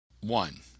One